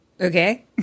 Okay